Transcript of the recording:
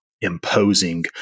Imposing